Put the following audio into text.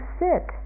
sit